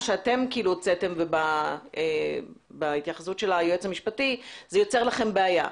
שאתם כאילו הוצאתם ובהתייחסות של היועץ המשפטי וזה יוצר לכם בעיה,